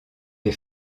est